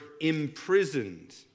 imprisoned